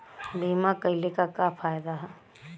बीमा कइले का का फायदा ह?